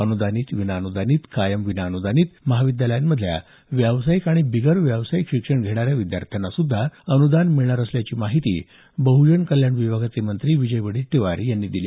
अनुदानित विनाअन्दानित कायम विनाअनुदानित महाविद्यालयांतल्या व्यावसायिक आणि बिगर व्यावसायिक शिक्षण घेणाऱ्या विद्यार्थ्यांना सुद्धा अनुदान मिळणार असल्याची माहिती बहूजन कल्याण विभागाचे मंत्री विजय वडेट्टीवार यांनी दिली